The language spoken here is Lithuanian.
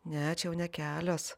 ne čia jau ne kelios